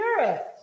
Spirit